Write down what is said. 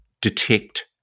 detect